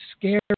scared